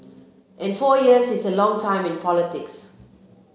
and four years is a long time in politics